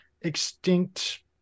extinct